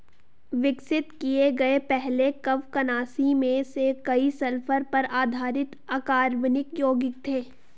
विकसित किए गए पहले कवकनाशी में से कई सल्फर पर आधारित अकार्बनिक यौगिक थे